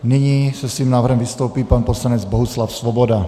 Nyní se svým návrhem vystoupí pan poslanec Bohuslav Svoboda.